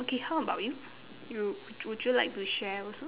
okay how about you you would would you like to share also